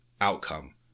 outcome